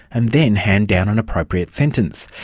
and then hand down an appropriate sentence.